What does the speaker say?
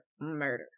murder